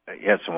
Yes